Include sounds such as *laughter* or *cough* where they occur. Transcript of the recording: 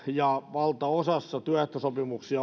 valtaosassa työehtosopimuksia *unintelligible*